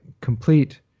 complete